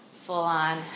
full-on